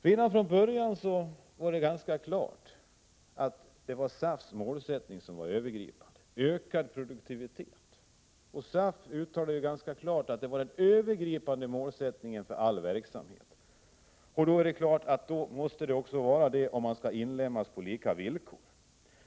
Redan från början var det ganska klart att SAF:s målsättning var det övergripande: ökad produktivitet. SAF uttalade ganska klart att det var den övergripande målsättningen för all verksamhet. Då är det klart att det måste vara så, om man skall inlemmas på lika villkor.